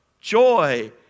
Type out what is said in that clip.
joy